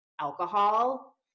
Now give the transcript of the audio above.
alcohol